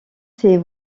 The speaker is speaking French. ses